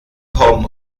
tom